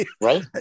Right